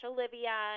Olivia